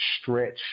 stretch